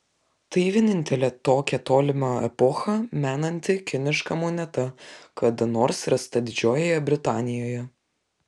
tai vienintelė tokią tolimą epochą menanti kiniška moneta kada nors rasta didžiojoje britanijoje